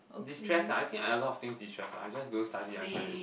destress ah I think I a lot of things destress ah I just don't study I can already